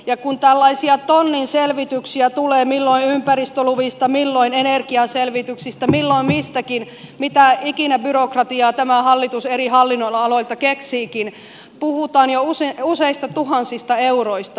ja kun tällaisia tonnin selvityksiä tulee milloin ympäristöluvista milloin energianselvityksistä milloin mistäkin mitä ikinä byrokratiaa tämä hallitus eri hallinnonaloilta keksiikin puhutaan jo useista tuhansista euroista